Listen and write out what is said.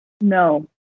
no